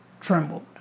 trembled